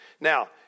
Now